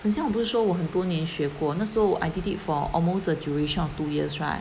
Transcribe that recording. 很像我不是说我很多年学过那时候 I did it for almost a duration of two years right